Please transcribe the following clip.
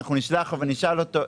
אנחנו נשלח ונשאל אותו.